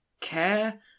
care